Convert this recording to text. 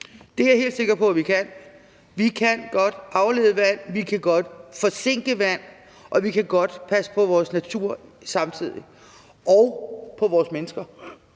Det er jeg helt sikker på at vi kan. Vi kan godt aflede vand, vi kan godt forsinke vand, og vi kan godt samtidig passe på vores natur – og på vores mennesker